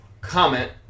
comment